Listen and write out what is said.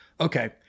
okay